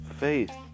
Faith